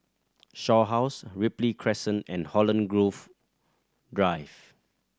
Shaw House Ripley Crescent and Holland Grove Drive